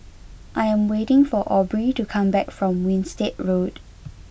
I am waiting for Aubrey to come back from Winstedt Road